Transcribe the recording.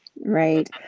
Right